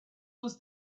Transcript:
was